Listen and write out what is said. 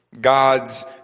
God's